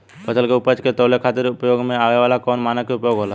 फसल के उपज के तौले खातिर उपयोग में आवे वाला कौन मानक के उपयोग होला?